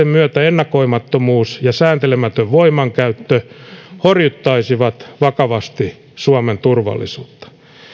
myötä ennakoimattomuus ja sääntelemätön voimankäyttö horjuttaisivat vakavasti suomen turvallisuutta